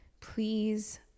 please